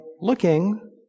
looking